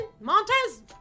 Montez